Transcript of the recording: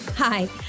Hi